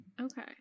Okay